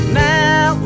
now